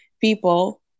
people